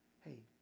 Hey